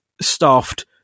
staffed